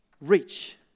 reach